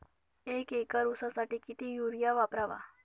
एक एकर ऊसासाठी किती युरिया वापरावा?